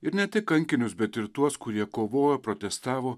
ir ne tik kankinius bet ir tuos kurie kovojo protestavo